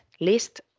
list